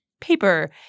paper